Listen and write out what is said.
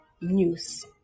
news